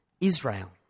Israel